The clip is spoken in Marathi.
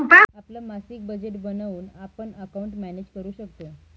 आपलं मासिक बजेट बनवून आपण अकाउंट मॅनेज करू शकतो